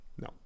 no